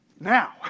now